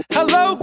Hello